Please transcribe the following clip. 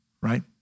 right